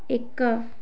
ଏକ